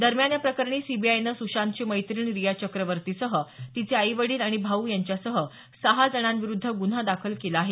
दरम्यान या प्रकरणी सीबीआयनं सुशांतची मैत्रिण रिया चक्रवर्तीसह तिचे आई वडील आणि भाऊ यांच्यासह सहा जणांविरुद्ध गुन्हा दाखल केला आहे